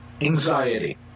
anxiety